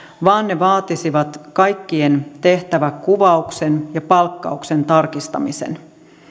vaan ne vaatisivat kaikkien tehtävänkuvauksien ja palkkauksen tarkistamisen